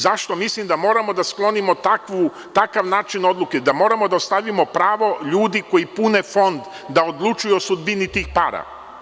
Zašto mislim da moramo da sklonimo takav način odluke, da moramo da ostavimo pravo ljudima koji pune Fond da odlučuju o sudbini tih para.